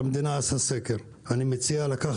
אני לא רוצה לומר לך שאני מיואש.